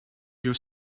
your